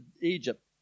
Egypt